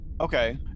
Okay